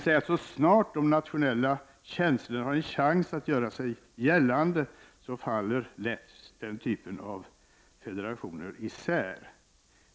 Så snart de nationella känslorna har en chans att göra sig gällande faller den typen av federation isär.